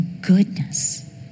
goodness